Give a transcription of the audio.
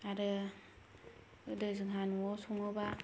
आरो गोदो जोंहा न'वाव सङोब्ला